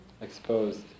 exposed